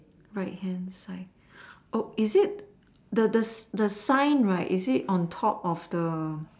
right hand side oh is it the the the sign right is it on top of the